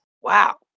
Wow